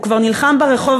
הוא כבר נלחם ברחוב.